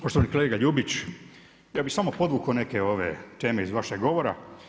Poštovani kolega Ljubić, ja bih samo podvukao neke teme iz vašeg govora.